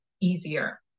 easier